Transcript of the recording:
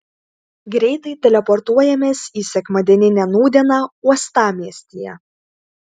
greitai teleportuojamės į sekmadieninę nūdieną uostamiestyje